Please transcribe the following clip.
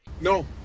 no